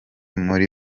muri